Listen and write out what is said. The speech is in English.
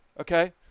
Okay